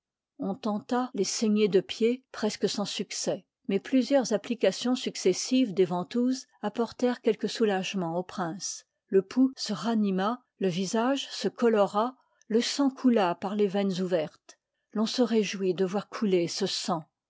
on tenta les saignées de pieds presque sans succès mais plusieurs applications successives des ventouses apportèrent quelque soulagement au prince le pouls se ranima le visage se colora iq sang coula par les veines ouvertes l'on se réjouit de voir couler ce sang